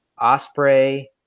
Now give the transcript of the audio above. Osprey